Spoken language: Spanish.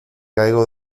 caigo